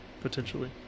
Potentially